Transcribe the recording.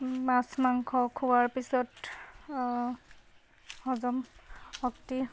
মাছ মাংস খোৱাৰ পিছত হজম শক্তি